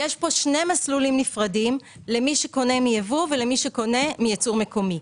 יש פה שני מסלולים נפרדים למי שקונה מייבוא ולמי שקונה מייצור מקומי.